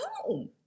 home